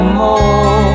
more